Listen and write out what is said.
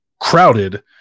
crowded